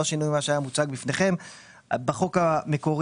לא שינוי ממה שהיה מוצג בפניכם בחוק המקורי.